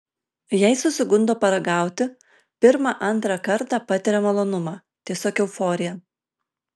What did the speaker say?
jei susigundo paragauti pirmą antrą kartą patiria malonumą tiesiog euforiją